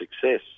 success